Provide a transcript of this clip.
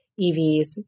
EVs